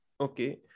okay